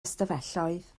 ystafelloedd